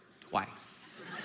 twice